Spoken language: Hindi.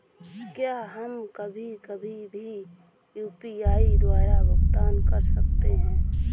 क्या हम कभी कभी भी यू.पी.आई द्वारा भुगतान कर सकते हैं?